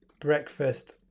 breakfast